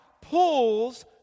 pulls